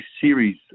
series